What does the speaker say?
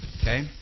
Okay